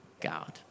God